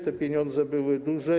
Te pieniądze były duże.